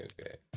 okay